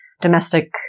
domestic